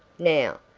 now,